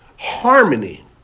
Harmony